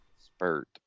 spurt